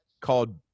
called